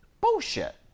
Bullshit